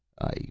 I